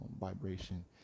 vibration